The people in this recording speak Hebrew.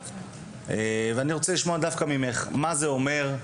אני רוצה לשמוע דווקא ממך מה זה אומר,